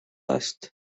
list